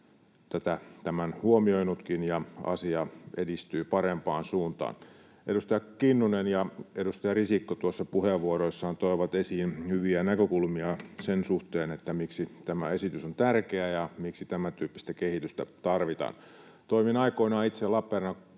tämän huomioinutkin ja asia edistyy parempaan suuntaan. Edustaja Kinnunen ja edustaja Risikko tuossa puheenvuoroissaan toivat esiin hyviä näkökulmia sen suhteen, miksi tämä esitys on tärkeä ja miksi tämän tyyppistä kehitystä tarvitaan. Toimin aikoinaan itse Lappeenrannan